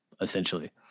essentially